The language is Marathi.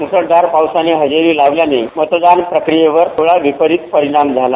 मुसळधार पावसानं हजेरी लावण्यानं मतदानप्रक्रियेवर थोडा विपरीत परिणाम झाला